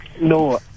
No